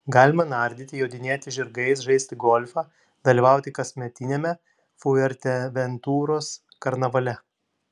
galima nardyti jodinėti žirgais žaisti golfą dalyvauti kasmetiniame fuerteventuros karnavale